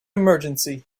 emergency